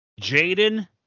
Jaden